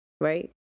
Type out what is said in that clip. right